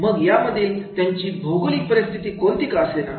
मग यामध्ये त्यांची भौगोलिक परिस्थिती कोणती का असेना